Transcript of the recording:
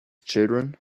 children